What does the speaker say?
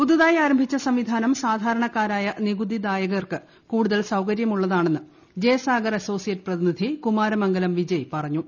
പുതുതായി ആരംഭിച്ച സംവിധാനം സാധാരണക്കാരായ നികുതിദായകർക്ക് കൂടുതൽ സൌകര്യമുള്ളതാണെന്ന് ജെ സാഗർ അസോസിയേറ്റ്സ് പ്രതിനിധി കുമാരമംഗലം വിജയ് പറഞ്ഞു